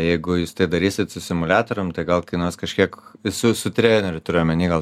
jeigu jūs tai darysit su simuliatorium tai gal kainuos kažkiek su su treneriu turiu omeny gal